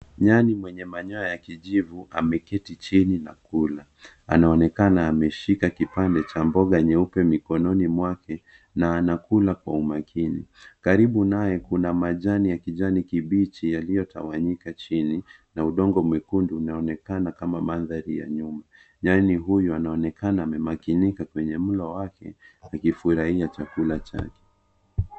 Nyani mwenye manyoya ya kijivu ameketi chini na kula. Anaonekana ameshika kipande cha mboga nyeupe mikononi mwake na anakula kwa umakini. Karibu naye kuna majani ya kijani kibichi yaliyotawanyika chini na udongo mwekundu unaonekana kama madhari ya nyuma. Nyani huyu anaonekana amemakinika kwenye mlo wake akifurahia chakula chake.